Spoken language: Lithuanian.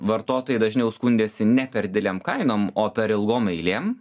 vartotojai dažniau skundėsi ne per didelėm kainom o per ilgom eilėm